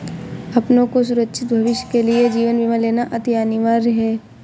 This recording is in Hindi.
अपनों के सुरक्षित भविष्य के लिए जीवन बीमा लेना अति अनिवार्य है